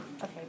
Okay